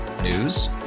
News